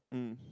mm